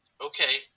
Okay